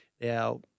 Now